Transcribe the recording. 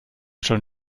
schon